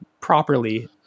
properly